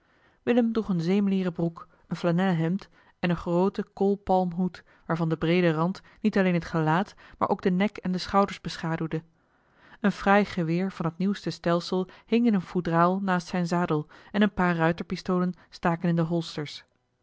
willem droeg eene zeemleeren broek een flanellen hemd en een grooten koolpalmhoed waarvan de breede rand niet alleen het geeli heimans willem roda laat maar ook den nek en de schouders beschaduwde een fraai geweer van het nieuwste stelsel hing in een foedraal naast zijn zadel en een paar ruiterpistolen staken in de